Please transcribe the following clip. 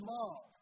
love